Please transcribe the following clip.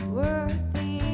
worthy